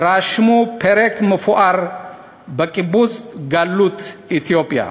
רשמו פרק מפואר בקיבוץ גלות אתיופיה.